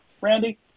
Randy